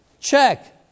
Check